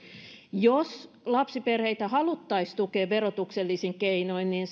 jos lapsiperheitä haluttaisiin tukea verotuksellisin keinoin niin